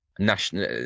national